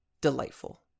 delightful